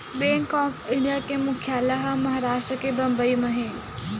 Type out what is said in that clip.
bank of India के मुख्यालय ह महारास्ट के बंबई म हे